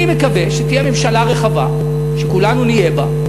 אני מקווה שתהיה ממשלה רחבה שכולנו נהיה בה.